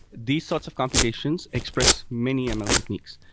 these sorts of computations express many and ml techniques.